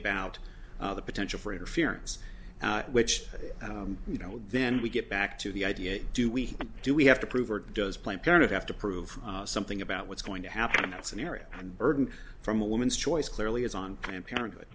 about the potential for interference which you know then we get back to the idea do we do we have to prove or does play a part of have to prove something about what's going to happen in that scenario and burden from a woman's choice clearly is on planned parenthood